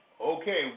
Okay